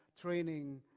training